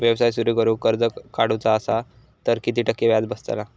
व्यवसाय सुरु करूक कर्ज काढूचा असा तर किती टक्के व्याज बसतला?